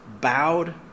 bowed